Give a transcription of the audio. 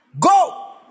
Go